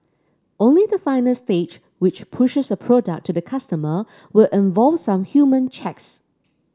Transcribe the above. only the final stage which pushes a product to the customer will involve some human checks